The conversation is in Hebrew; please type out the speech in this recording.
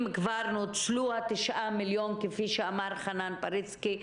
האם כבר נוצלו ה-9 מיליון כפי שאמר חנן פריצקי,